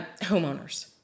Homeowners